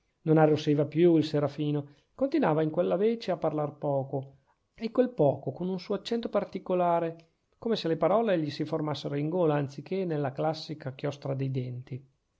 non arrossiva più il serafino continuava in quella vece a parlar poco e quel poco con un suo accento particolare come se le parole gli si formassero in gola anzi che nella classica chiostra dei denti